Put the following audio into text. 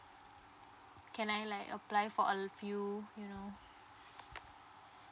can I like apply for a few you know